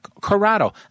Corrado